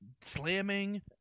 slamming